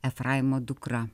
efraimo dukra